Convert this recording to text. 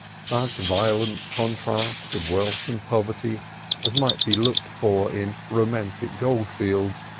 such violent contrasts of wealth and poverty as might be looked for in romantic gold-fields,